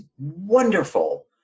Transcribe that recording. wonderful